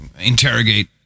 Interrogate